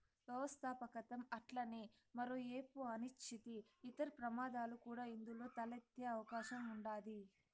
వ్యవస్థాపకతం అట్లనే మరో ఏపు అనిశ్చితి, ఇతర ప్రమాదాలు కూడా ఇందులో తలెత్తే అవకాశం ఉండాది